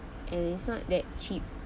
and it's not that cheap